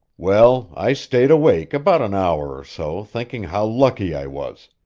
well, i stayed awake about an hour or so thinking how lucky i was,